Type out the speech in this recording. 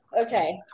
Okay